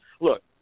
Look